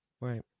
Right